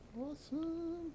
Awesome